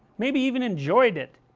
maybe even enjoyed it